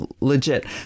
legit